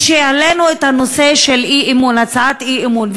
כשהעלינו את הצעת האי-אמון,